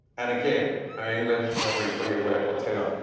and again, i'm english, not really fully aware of what's going on,